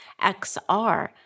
XR